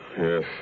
Yes